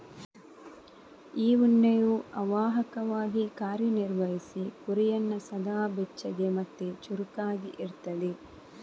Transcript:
ಈ ಉಣ್ಣೆಯು ಅವಾಹಕವಾಗಿ ಕಾರ್ಯ ನಿರ್ವಹಿಸಿ ಕುರಿಯನ್ನ ಸದಾ ಬೆಚ್ಚಗೆ ಮತ್ತೆ ಚುರುಕಾಗಿ ಇಡ್ತದೆ